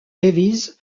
davies